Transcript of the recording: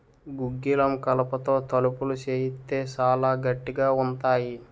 గుగ్గిలం కలపతో తలుపులు సేయిత్తే సాలా గట్టిగా ఉంతాయి